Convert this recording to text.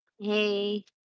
Hey